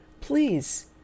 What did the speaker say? please